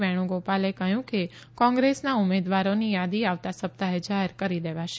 વેણુગોપાલે કહ્યું કે કોંગ્રેસના ઉમેદવારોની યાદી આવતા સપ્તાહે જાહેર કરી દેવાશે